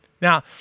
Now